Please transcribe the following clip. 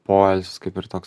poilsis kaip ir toks